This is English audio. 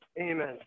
Amen